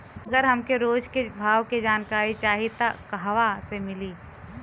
अगर हमके रोज के भाव के जानकारी चाही त कहवा से मिली?